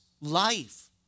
life